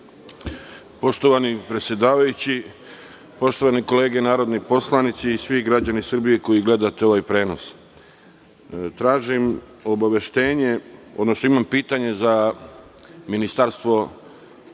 Poštovani predsedavajući, poštovane kolege narodni poslanici i svi građani Srbije koji gledate ovaj prenos, tražim obaveštenje, odnosno imam pitanje za Ministarstvo